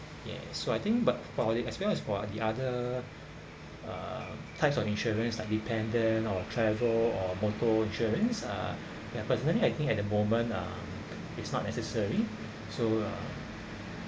ya so I think but for as well as for the other uh types of insurance like dependant or travel or motor insurance uh yeah personally I think at the moment um it's not necessary so uh